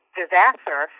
disaster